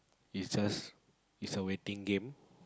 is just is a waiting game